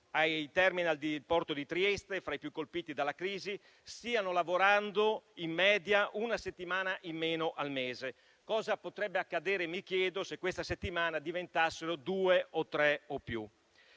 ai *terminal* del porto di Trieste, fra i più colpiti dalla crisi, stiano lavorando in media una settimana in meno al mese. Mi chiedo cosa potrebbe accadere se questa settimana diventassero due, tre o più.